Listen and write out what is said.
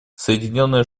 соединенные